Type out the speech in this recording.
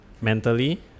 mentally